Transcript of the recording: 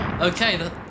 Okay